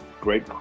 great